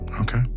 okay